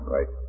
Right